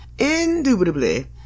indubitably